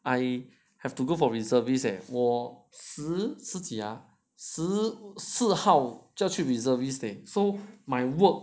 I have to go for reservists eh 我十十几啊十四号就要去 reservists leh so my work